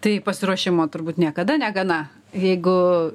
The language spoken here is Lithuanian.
tai pasiruošimo turbūt niekada negana jeigu